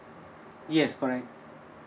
yes correct